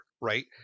right